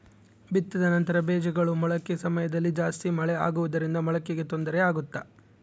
ಬಿತ್ತಿದ ನಂತರ ಬೇಜಗಳ ಮೊಳಕೆ ಸಮಯದಲ್ಲಿ ಜಾಸ್ತಿ ಮಳೆ ಆಗುವುದರಿಂದ ಮೊಳಕೆಗೆ ತೊಂದರೆ ಆಗುತ್ತಾ?